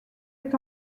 est